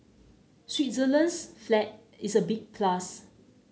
Switzerland's flag is a big plus